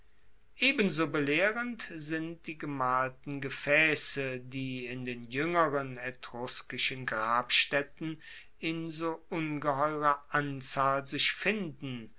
ebenso belehrend sind die gemalten gefaesse die in den juengeren etruskischen grabstaetten in so ungeheurer anzahl sich finden